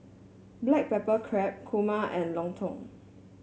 Black Pepper Crab kurma and lontong